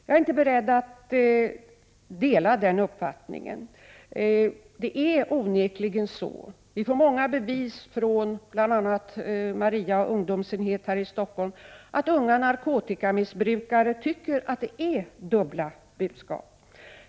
Jag är inte beredd att dela denna uppfattning. Onekligen tycker många unga narkotikamissbrukare att det är fråga om dubbla budskap — vi får många bevis från bl.a. Maria ungdomsenhet här i Stockholm för detta.